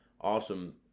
awesome